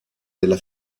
della